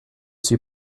suis